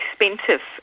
expensive